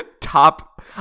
top